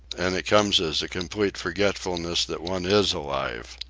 and it comes as a complete forgetfulness that one is alive.